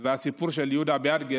והסיפור של יהודה ביאדגה,